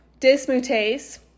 dismutase